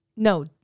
No